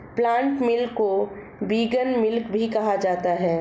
plant milk को vegan milk भी कहा जाता है